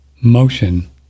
motion